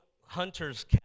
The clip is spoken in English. hunter's